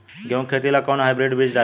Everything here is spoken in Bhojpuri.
गेहूं के खेती ला कोवन हाइब्रिड बीज डाली?